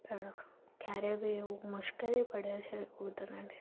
પણ ક્યારે બી એવું મુશ્કેલી પડે છે એવું તો નથી